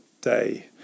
day